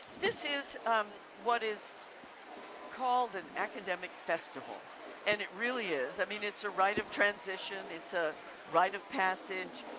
this is what is called an academic festival and it really is. i mean it's a rite of transition, it's a rite of passage,